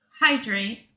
Hydrate